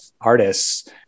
artists